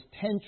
Ten